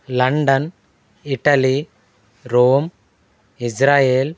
London Italy Rome Israel